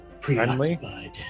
preoccupied